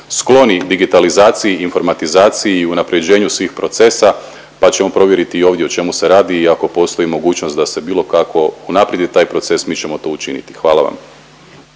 skloni digitalizaciji i informatizaciji svih procesa, pa ćemo provjeriti i ovdje o čemu se radi i ako postoji mogućnost da se bilo kako unaprijedi taj proces mi ćemo to učiniti. Hvala vam.